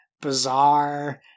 bizarre